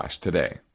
today